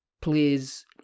please